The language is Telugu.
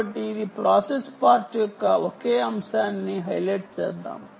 కాబట్టి ఇది ప్రాసెస్ పార్ట్ యొక్క ఒకే అంశాన్ని హైలైట్ చేద్దాం